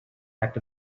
act